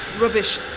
rubbish